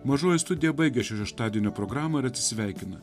mažoji studija baigia šią šeštadienio programą ir atsisveikina